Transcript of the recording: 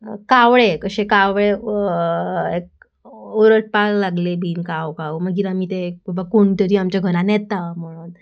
कावळे कशे कावळे ओरडपाक लागले बीन काव काव मागीर आमी ते बाबा कोण तरी आमच्या घरान येता म्हणून